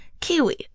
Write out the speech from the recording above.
Kiwi